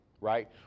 right